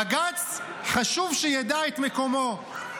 בג"ץ, חשוב שידע את מקומו.